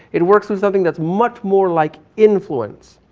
it works with something that's much more like influence.